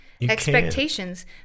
expectations